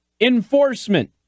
enforcement